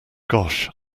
gosh